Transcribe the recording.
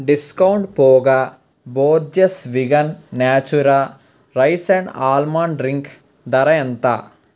discount పోగా Borges vegan Natura rice and almond drink ధర ఎంత